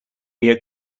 ear